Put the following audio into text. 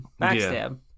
backstab